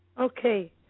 Okay